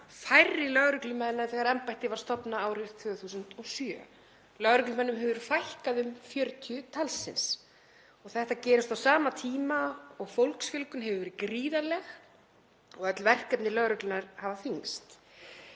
færri lögreglumenn en þegar embættið var stofnað árið 2007. Lögreglumönnum hefur fækkað um 40. Þetta gerist á sama tíma og fólksfjölgun hefur verið gríðarleg og öll verkefni lögreglunnar hafa þyngst.